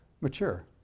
mature